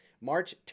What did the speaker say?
March